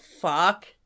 fuck